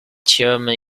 chairman